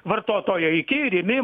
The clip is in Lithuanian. vartotojo iki rimi